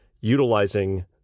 utilizing